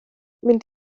mynd